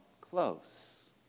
close